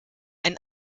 ein